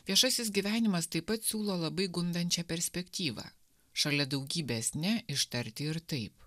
viešasis gyvenimas taip pat siūlo labai gundančią perspektyvą šalia daugybės ne ištarti ir taip